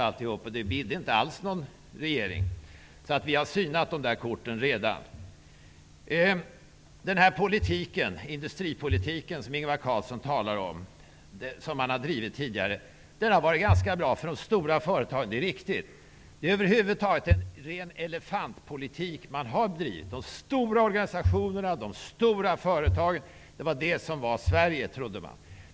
Det blev inte alls något regeringsskifte. Vi har allså redan synat socialdemokraternas kort. Den industripolitik som Socialdemokraterna drivit och som Ingvar Carlsson talar om, har varit ganska bra för de stora företagen. Det är riktigt. Över huvud taget den politik som man har drivit är en ren elefantpolitik. De stora organisationerna och de stora företagen var Sverige, trodde man.